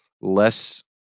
less